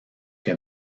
que